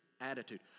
attitude